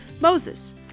MOSES